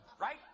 right